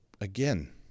again